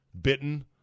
Bitten